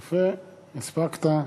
יפה, הספקת.